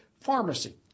pharmacy